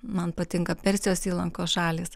man patinka persijos įlankos šalys